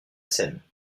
scène